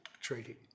Treaty